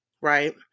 right